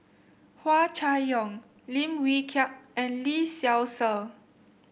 Hua Chai Yong Lim Wee Kiak and Lee Seow Ser